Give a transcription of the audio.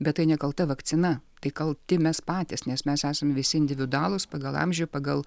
bet tai nekalta vakcina tai kalti mes patys nes mes esam visi individualūs pagal amžių pagal